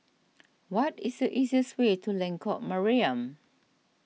what is the easiest way to Lengkok Mariam